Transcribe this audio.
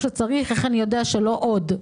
שצריך אז איך אני יודע שלא היו עוד כאלה?